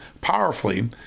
powerfully